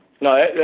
No